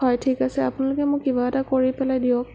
হয় ঠিক আছে আপোনালোকে মোক কিবা এটা কৰি পেলাই দিয়ক